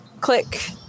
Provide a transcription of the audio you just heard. Click